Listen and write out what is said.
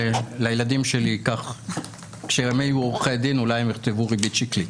כשהילדים שלי יהיו עורכי דין אולי הם יכתבו ריבית שקלית.